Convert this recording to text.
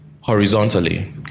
horizontally